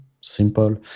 simple